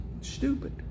Stupid